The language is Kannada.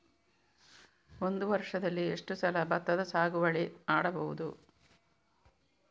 ಒಂದು ವರ್ಷದಲ್ಲಿ ಎಷ್ಟು ಸಲ ಭತ್ತದ ಸಾಗುವಳಿ ಮಾಡಬಹುದು?